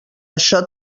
això